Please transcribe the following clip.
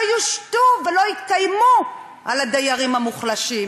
לא יושתו ולא יתקיימו על הדיירים המוחלשים.